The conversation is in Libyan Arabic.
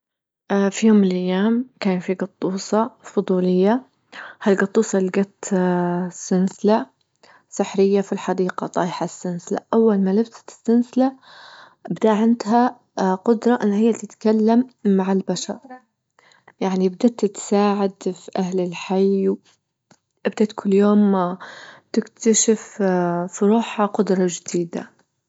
اه في يوم من الأيام كان في جطوسة فضولية هالجطوسة لجت اه سنسلة سحرية في الحديقة طايحة السنسلة أول ما لبست السنسلة بدا عندها اه قدرة أن هي تتكلم مع البشر يعني بدت تساعد في أهل الحي ابتدت كل يوم اه تكتشف في روحها قدرة جديدة.